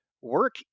work